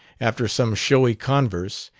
after some showy converse,